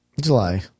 July